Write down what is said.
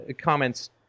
comments